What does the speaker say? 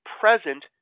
present